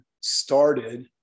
started